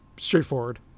straightforward